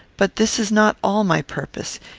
but this is not all my purpose.